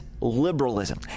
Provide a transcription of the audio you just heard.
liberalism